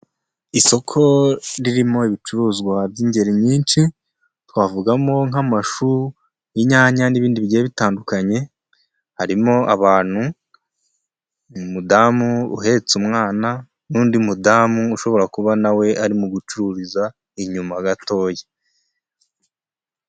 Isoko ririmo ibicuruzwa by'ingeri nyinshi, twavugamo nk'amashu, inyanya n'ibindi bigiye bitandukanye, harimo abantu, umudamu uhetse umwana n'undi mudamu ushobora kuba na we arimo gucururiza inyuma gatoya.